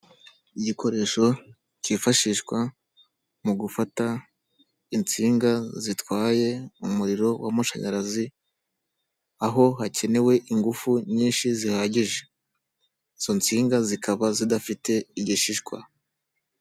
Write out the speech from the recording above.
Igikoresho kifashishwa mu gufata insinga zitwaye umuriro w'amashanyarazi. Aho hakenewe ingufu nyinshi zihagije, izo nsinga zikaba zidafite igishishwa.